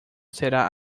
será